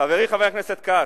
חברי חבר הכנסת כץ,